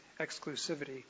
exclusivity